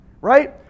right